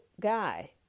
guy